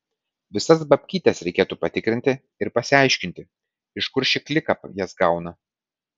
visas babkytes reikėtų patikrinti ir pasiaiškinti iš kur ši klika jas gauna